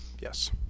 yes